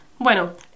Bueno